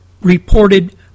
reported